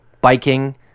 biking